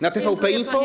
Na TVP Info?